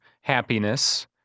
happiness